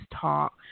talk